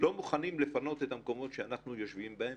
לא מוכנים לפנות את המקומות שאנחנו יושבים בהם,